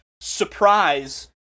surprise